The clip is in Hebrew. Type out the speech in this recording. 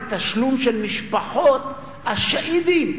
לתשלום למשפחות השהידים,